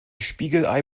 spiegelei